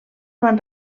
van